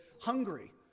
hungry